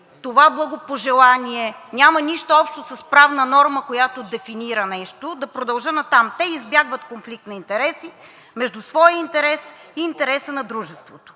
това благопожелание няма нищо общо с правна норма, която дефинира нещо. Да продължа натам – „те избягват конфликт на интереси между своя интерес и интереса на дружеството,